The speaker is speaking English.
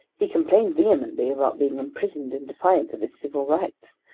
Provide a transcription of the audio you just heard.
he complained vehemently about being imprisoned in defiance of his civil rights,